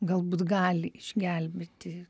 galbūt gali išgelbėti